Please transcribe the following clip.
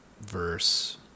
verse